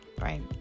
right